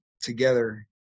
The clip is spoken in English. together